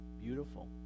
Beautiful